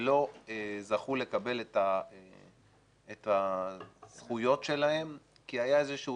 שלא זכו לקבל את הזכויות שלהם כי היה איזה שהוא